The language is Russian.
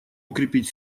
укрепить